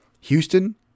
Houston